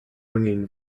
ringing